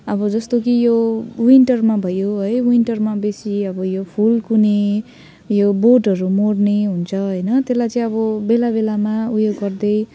अब जस्तो कि यो विन्टरमा भयो है विन्टरमा बेसी अब यो फुल कुहुने यो बोटहरू मर्ने हुन्छ होइन त्यसलाई चाहिँ अब बेला बेलामा उयो गर्दै